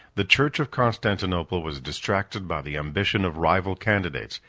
the church of constantinople was distracted by the ambition of rival candidates,